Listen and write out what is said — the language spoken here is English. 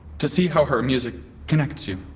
to see how her music connects you,